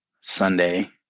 Sunday